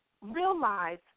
realize